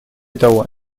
того